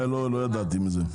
לא ידעתי על זה.